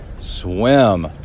swim